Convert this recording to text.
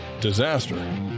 Disaster